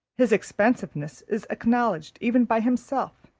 his expensiveness is acknowledged even by himself,